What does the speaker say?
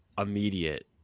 immediate